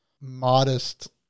modest